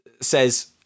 says